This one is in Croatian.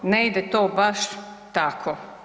Ne ide to baš tako.